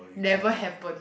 never happen